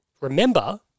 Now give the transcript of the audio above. remember